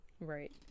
right